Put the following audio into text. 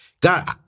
God